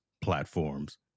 platforms